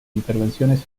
intervenciones